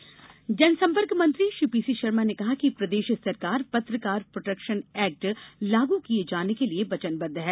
PC Sharma जनसंपर्क मंत्री P C Sharma ने कहा है कि प्रदेश सरकार पत्रकार प्रोटेक्शन एक्ट लागू किए जाने के लिए वचनबद्ध है